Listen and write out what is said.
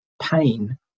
pain